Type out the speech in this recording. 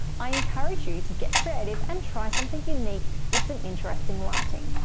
i encourage you to get creative and try something unique with some interesting lighting.